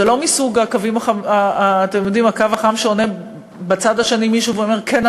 זה לא קו חם מהסוג שבצד השני עונה מישהו ואומר "כן,